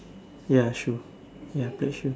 ya shoes ya black shoe